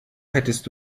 hättest